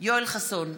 יואל חסון,